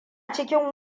cikin